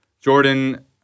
Jordan